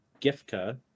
Gifka